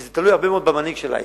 וזה תלוי הרבה מאוד במנהיג של העיר,